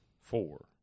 four